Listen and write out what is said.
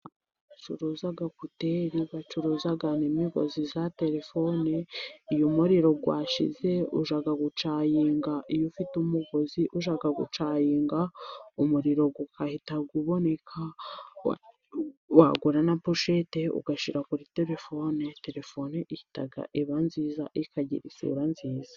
Bacuruza ekuteri, bacuruza n'imigozi ya telefone, iyo muriro washize, ujya gucaginga, iyo ufite umugozi ushaka gucaginga, umuriro ugahita uboneka, wagura na poshete ugashyira kuri telefone, telefone ihita iba nziza, ikagira isura nziza.